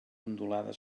ondulada